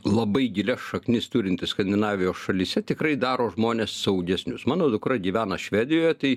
labai gilias šaknis turinti skandinavijos šalyse tikrai daro žmones saugesnius mano dukra gyvena švedijoje tai